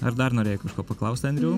ar dar norėjai kažko paklaust andriau